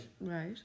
Right